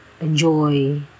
enjoy